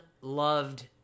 loved